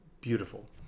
beautiful